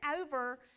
over